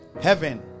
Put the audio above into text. heaven